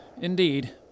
indeed